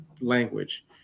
language